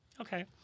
okay